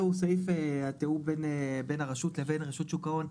לא הסעיף הזה הוא סעיף התיאום בין הרשות לבין רשות שוק ההון.